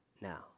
now